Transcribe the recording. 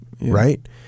right